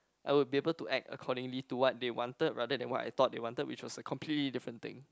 I would be able to act accordingly to what they wanted rather than what I thought they wanted which is completely a different thing